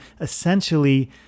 essentially